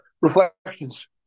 Reflections